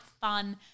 fun